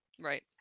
Right